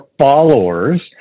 followers